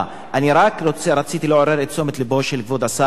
אני רק רציתי לעורר את תשומת לבו של כבוד השר להצעה